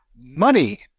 money